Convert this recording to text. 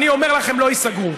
ואני אומר לך, הם לא ייסגרו.